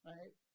Right